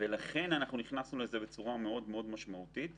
ולכן נכנסנו לזה בצורה משמעותית מאוד.